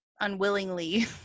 unwillingly